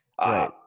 Right